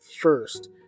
first